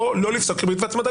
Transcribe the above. או בכלל לא לפסוק ריבית והצמדה.